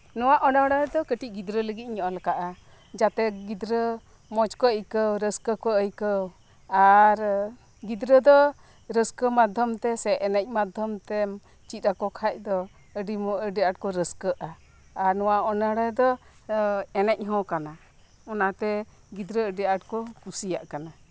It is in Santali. ᱱᱚᱣᱟ ᱚᱱᱚᱲᱦᱮ ᱫᱚ ᱠᱟᱹᱴᱤᱡ ᱜᱤᱫᱽᱨᱟᱹ ᱞᱟᱹᱜᱤᱫ ᱤᱧ ᱚᱞ ᱟᱠᱟᱫᱟ ᱡᱟᱛᱮ ᱜᱤᱫᱽᱨᱟᱹ ᱢᱚᱡᱽᱠᱚ ᱟᱹᱭᱠᱟᱹᱣ ᱨᱟᱹᱥᱠᱟᱹᱠᱚ ᱟᱹᱭᱠᱟᱹᱣ ᱟᱨ ᱜᱤᱫᱽᱨᱟᱹ ᱫᱚ ᱨᱟᱹᱥᱠᱟᱹ ᱢᱟᱫᱽᱫᱷᱚᱢ ᱛᱮ ᱥᱮ ᱮᱱᱮᱡ ᱢᱟᱫᱽᱫᱷᱚᱢ ᱛᱮᱢ ᱪᱮᱫ ᱟᱠᱚ ᱠᱷᱟᱱ ᱫᱚ ᱟᱹᱰᱤ ᱟᱸᱴᱠᱚ ᱨᱟᱹᱥᱠᱟᱹᱜᱼᱟ ᱟᱨ ᱱᱚᱣᱟ ᱚᱱᱚᱬᱦᱮ ᱫᱚ ᱮᱱᱮᱡ ᱦᱚᱸ ᱠᱟᱱᱟ ᱚᱱᱟᱛᱮ ᱜᱤᱫᱽᱨᱟᱹ ᱟᱹᱰᱤ ᱟᱸᱴᱠᱚ ᱠᱩᱥᱤᱭᱟᱜ ᱠᱟᱱᱟ